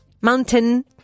mountain